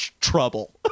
trouble